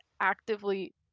actively